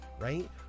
right